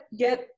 get